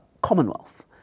Commonwealth